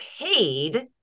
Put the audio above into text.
paid